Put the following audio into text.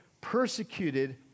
persecuted